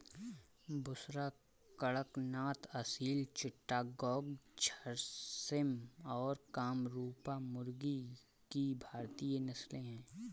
बुसरा, कड़कनाथ, असील चिट्टागोंग, झर्सिम और कामरूपा मुर्गी की भारतीय नस्लें हैं